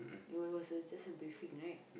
it was was a just a briefing right